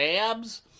abs